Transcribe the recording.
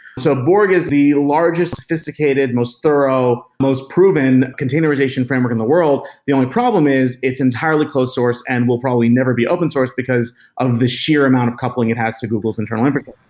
so borg is the largest sophisticated, most thorough, most proven containerization framework in the world, the only problem is it's entirely close-source and will probably never be open-source because of the sheer amount of coupling it has to google's internal infrastructure.